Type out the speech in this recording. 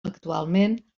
actualment